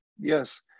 Yes